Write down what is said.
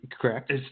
Correct